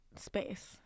space